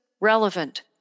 relevant